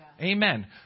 Amen